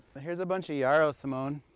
here is a bunch of yarrow simone.